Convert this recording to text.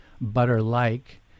butter-like